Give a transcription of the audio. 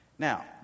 Now